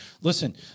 Listen